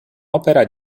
opera